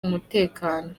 umutekano